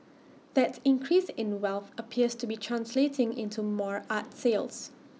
that increase in wealth appears to be translating into more art sales